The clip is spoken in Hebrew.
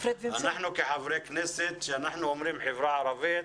אנחנו כחברי כנסת שאנחנו אומרים חברה ערבית,